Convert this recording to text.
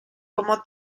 como